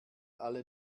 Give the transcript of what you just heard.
alle